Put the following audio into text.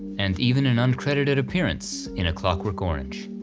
and even an uncredited appearance in a clockwork orange.